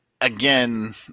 again